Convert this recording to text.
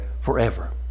forever